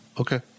Okay